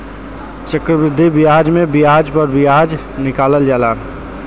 चक्रवृद्धि बियाज मे बियाज प बियाज निकालल जाला